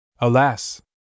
Alas